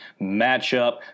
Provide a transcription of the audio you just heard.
matchup